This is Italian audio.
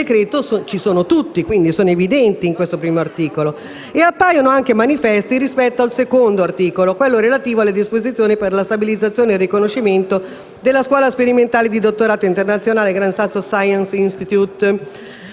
sono, quindi, evidenti nel primo articolo, così come appaiono manifesti rispetto al secondo articolo, quello relativo alle disposizioni per la stabilizzazione e il riconoscimento della scuola sperimentale di dottorato internazionale Gran Sasso Science Institute.